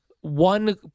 One